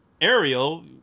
Ariel